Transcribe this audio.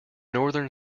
northern